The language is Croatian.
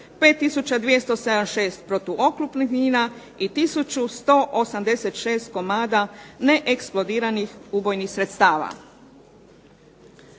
5276 protuoklopnih mina i 1186 komada neeksplodiranih ubojnih sredstava.